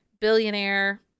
billionaire